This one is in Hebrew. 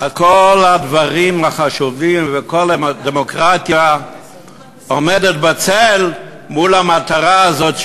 אז כל הדברים החשובים וכל הדמוקרטיה עומדים בצל מול המטרה הזאת,